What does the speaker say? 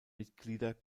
mitglieder